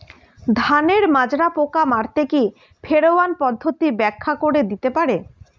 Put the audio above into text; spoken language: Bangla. ধানের মাজরা পোকা মারতে কি ফেরোয়ান পদ্ধতি ব্যাখ্যা করে দিতে পারে?